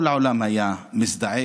כל העולם היה מזדעק: